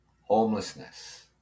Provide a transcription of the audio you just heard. homelessness